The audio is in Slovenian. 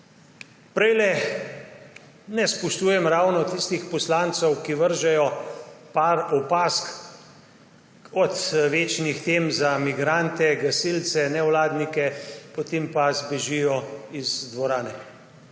Ne spoštujem ravno tistih poslancev, ki vržejo nekaj opazk, od večnih tem za migrante, gasilce, nevladnike, potem pa zbežijo iz dvorane.